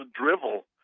drivel